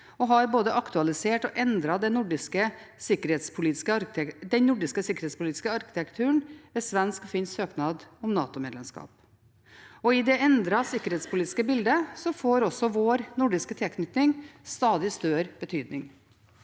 og har både aktualisert og endret den nordiske sikkerhetspolitiske arkitekturen ved svensk og finsk søknad om NATO-medlemskap. I det endrede sikkerhetspolitiske bildet får også vår nordiske tilknytning stadig større betydning.